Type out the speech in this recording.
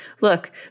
look